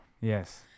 Yes